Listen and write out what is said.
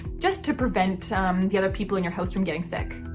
just to prevent the other people in your house from getting sick.